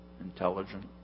intelligent